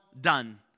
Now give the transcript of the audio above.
done